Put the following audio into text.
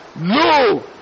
No